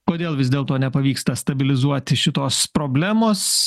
kodėl vis dėlto nepavyksta stabilizuoti šitos problemos